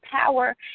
power